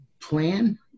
plan